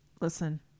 listen